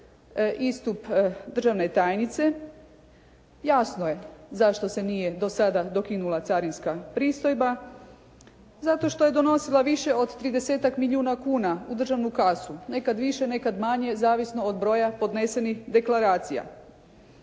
istup državne tajnice, jasno je zašto se nije do sada dokinula carinska pristojba. Zato što je donosila više od tridesetak milijuna kuna u državnu kasu. Nekad više, nekad manje, zavisno od broja podnesenih deklaracija.